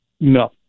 No